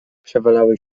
przewalały